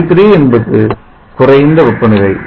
T3 என்பது குறைந்த வெப்பநிலை